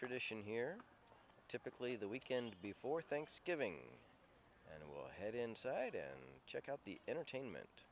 tradition here typically the weekend before thanksgiving and we'll head inside and check out the entertainment